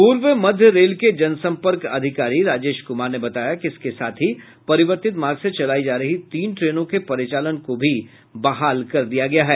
पूर्व मध्य रेल के जन सम्पर्क अधिकारी राजेश कुमार ने बताया कि इसके साथ ही परिवर्तित र्माग से चलायी जा रही तीन ट्रेनों के परिचालन को भी बहाल कर दिया गया है